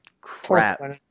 crap